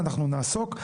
ואנחנו נעסוק,